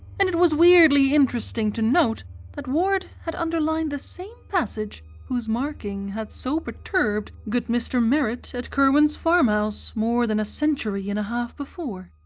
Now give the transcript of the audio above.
and it was weirdly interesting to note that ward had underlined the same passage whose marking had so perturbed good mr. merritt at curwen's farmhouse more than a century and a half before.